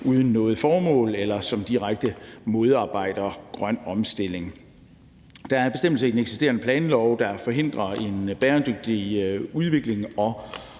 uden noget formål, eller som direkte modarbejder grøn omstilling. Der er bestemmelser i den eksisterende planlov, der forhindrer en bæredygtig udvikling og